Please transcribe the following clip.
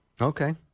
Okay